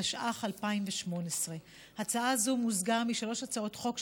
התשע"ח 2018. הצעה זו מוזגה משלוש הצעות חוק,